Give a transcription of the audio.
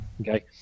okay